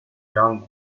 young